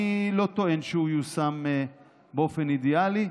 אני לא טוען שהוא יושם באופן אידיאלי,